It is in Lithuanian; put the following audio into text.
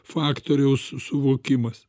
faktoriaus suvokimas